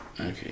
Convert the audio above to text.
okay